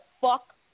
fuck